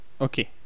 okay